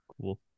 cool